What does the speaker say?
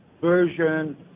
Version